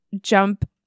jump